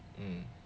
hmm